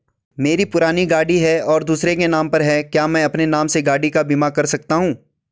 मेरी पुरानी गाड़ी है और दूसरे के नाम पर है क्या मैं अपने नाम से गाड़ी का बीमा कर सकता हूँ?